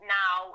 now